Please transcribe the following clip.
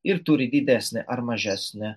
ir turi didesnę ar mažesnę